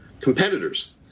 competitors